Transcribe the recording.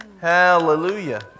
Hallelujah